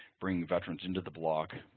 bringing veterans into the block,